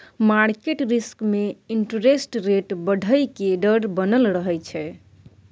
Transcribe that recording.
market risk में interest rate बढ़इ के डर बनल रहइ छइ